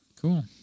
Cool